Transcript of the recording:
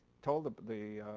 told the